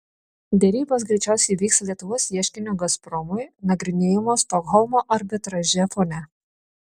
derybos greičiausiai vyks lietuvos ieškinio gazpromui nagrinėjimo stokholmo arbitraže fone